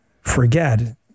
forget